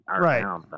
Right